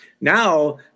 Now